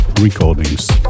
Recordings